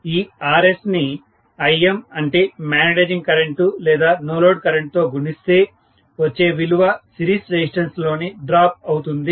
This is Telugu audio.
ఈ RS ని Im అంటే మాగ్నెటైజింగ్ కరెంటు లేదా నో లోడ్ కరెంటు తో గుణిస్తే వచ్చే విలువ సిరీస్ రెసిస్టెన్స్ లోని డ్రాప్ అవుతుంది